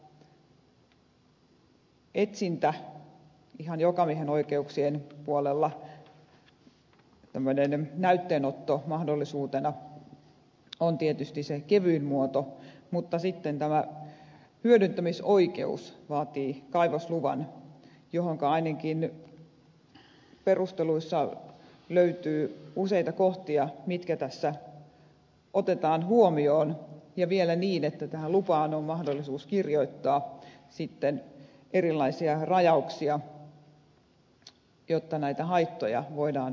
etsintä ihan jokamiehenoikeuksien puolella tämmöinen näytteenotto mahdollisuutena on tietysti se kevyin muoto mutta sitten tämä hyödyntämisoikeus vaatii kaivosluvan johon liittyen ainakin perusteluissa löytyy useita kohtia mitkä tässä otetaan huomioon ja vielä niin että tähän lupaan on mahdollisuus kirjoittaa erilaisia rajauksia jotta näitä haittoja voidaan vähentää